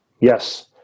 Yes